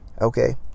okay